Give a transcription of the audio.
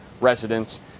residents